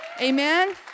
Amen